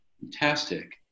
Fantastic